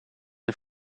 een